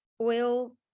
oil